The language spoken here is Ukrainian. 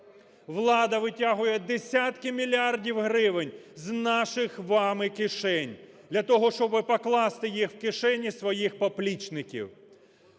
влада витягує десятки мільярдів гривень з наших з вами кишень для того, щоб покласти їх в кишені своїх поплічників.